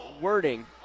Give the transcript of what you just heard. wording